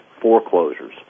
foreclosures